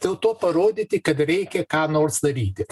dėl to parodyti kad reikia ką nors daryti